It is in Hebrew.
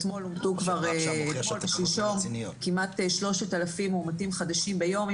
אתמול ושלשום אומתו כבר כמעט 3,000 מאומתים חדשים ביום.